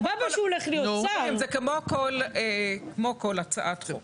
כאן היא מתמזגת באותו תהליך כמו הצעת חוק